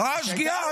שגיאה.